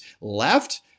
left